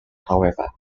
however